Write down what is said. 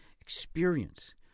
experience